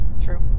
True